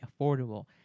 affordable